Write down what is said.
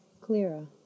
clearer